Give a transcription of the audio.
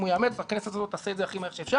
אם הוא יאמץ הכנסת הזאת תעשה את זה הכי מהר שאפשר.